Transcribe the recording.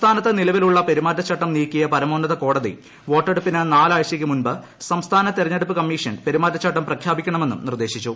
സംസ്ഥാനത്ത് നിലവിലുള്ള പെരുമാറ്റച്ചട്ടം നീക്കിയ പരമോന്നത കോടതി വോട്ടെടുപ്പിന് ി ്ലാല് ആഴ്ചയ്ക്ക് മുൻപ് സംസ്ഥാന തെരഞ്ഞെടുപ്പ് കമ്മീഷ്ടിൻക്പ്രുമാറ്റച്ചട്ടം പ്രഖ്യാപിക്കണമെന്നും നിർദ്ദേശിച്ചു